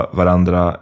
varandra